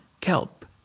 kelp